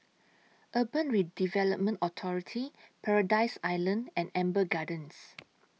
Urban Redevelopment Authority Paradise Island and Amber Gardens